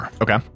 Okay